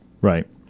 right